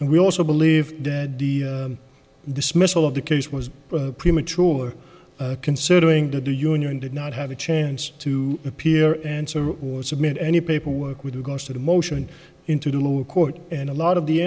and we also believe that the dismissal of the case was premature considering that the union did not have a chance to appear answer or submit any paperwork with regards to the motion into the lower court and a lot of the